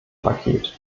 paket